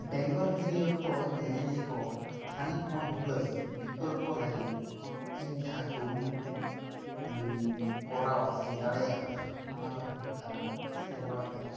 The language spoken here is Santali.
ᱵᱮᱝᱜᱚᱞ ᱦᱤᱨᱤ ᱚᱠᱛᱚ ᱧᱮᱧᱮᱞᱤᱭᱟᱹ ᱠᱚ ᱛᱷᱟᱹᱱᱤᱛ ᱢᱚᱱ ᱦᱩᱞᱟᱹᱥ ᱵᱤᱠᱚᱞᱯᱚ ᱞᱟᱹᱜᱤᱫ ᱤᱧ ᱡᱟᱦᱟᱸ ᱠᱩᱨᱩᱢᱩᱴᱩᱧ ᱠᱚᱨᱟᱣᱟ ᱥᱮᱧ ᱫᱟᱲᱮᱭᱟᱜᱼᱟ ᱚᱱᱟ ᱫᱚ ᱦᱩᱭᱩᱜ ᱠᱟᱱᱟ ᱥᱮᱨᱣᱟ ᱠᱟᱹᱨᱤ